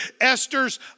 Esther's